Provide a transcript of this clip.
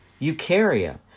eukarya